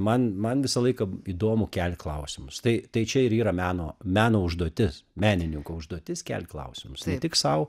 man man visą laiką įdomu kelt klausimus tai tai čia ir yr meno meno užduotis menininko užduotis kelt klausimus ne tik sau